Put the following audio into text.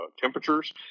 temperatures